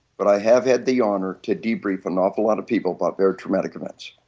but i have had the honor to deep breathe an awful lot of people about their traumatic events.